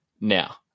Now